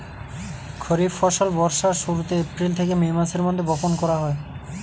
খরিফ ফসল বর্ষার শুরুতে, এপ্রিল থেকে মে মাসের মধ্যে বপন করা হয়